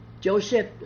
Joseph